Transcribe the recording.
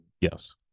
Yes